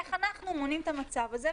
איך אנחנו מונעים את המצב הזה?